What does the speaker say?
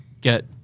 get